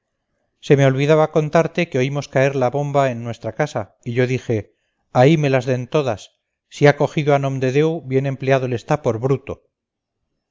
se me olvidaba contarte que oímos caer la bomba en nuestra casa y yo dije ahí me las den todas si ha cogido a nomdedeu bien empleado le está por bruto